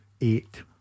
Eight